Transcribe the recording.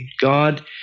God